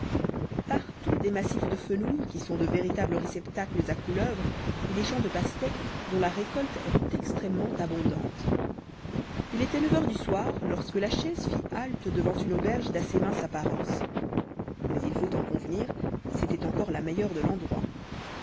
partout des massifs de fenouil qui sont de véritables réceptacles à couleuvres et des champs de pastèques dont la récolte est extrêmement abondante il était neuf heures du soir lorsque la chaise fit halte devant une auberge d'assez mince apparence mais il faut en convenir c'était encore la meilleure de l'endroit